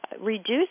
reduce